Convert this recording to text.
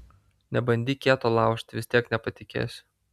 nebandyk kieto laužti vis tiek nepatikėsiu